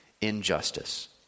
Injustice